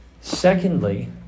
Secondly